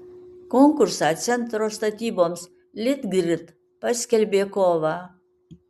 konkursą centro statyboms litgrid paskelbė kovą